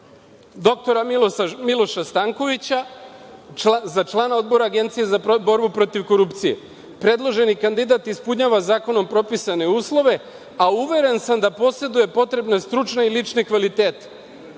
doktora Miloša Stankovića za člana Odbora Agencija za borbu protiv korupcije. Predloženi kandidat ispunjava zakonom propisane uslove, a uveren sam da poseduje potrebne stručne i lične kvalitete. Ko